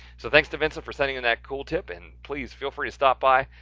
so thanks to vincent for sending in that cool tip and please feel free to stop by.